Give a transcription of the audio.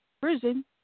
prison